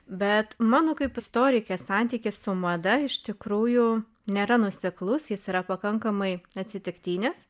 bet mano kaip istorikės santykis su mada iš tikrųjų nėra nuoseklus jis yra pakankamai atsitiktinis